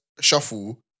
shuffle